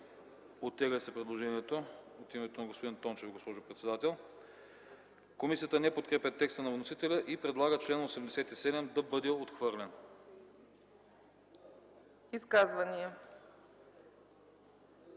Оттегля се предложението от името на господин Тончев, госпожо председател. Комисията не подкрепя текста на вносителя и предлага чл. 87 да бъде отхвърлен. ПРЕДСЕДАТЕЛ